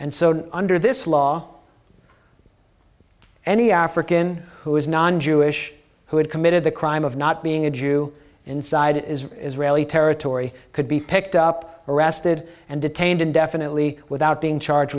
and so under this law any african who is non jewish who had committed the crime of not being a jew inside is israeli territory could be picked up arrested and detained indefinitely without being charged